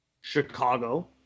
Chicago